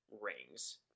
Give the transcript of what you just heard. rings